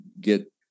get